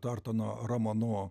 tortono romanu